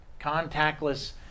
contactless